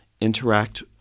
interact